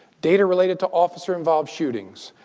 data related to officer involved shootings,